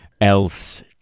else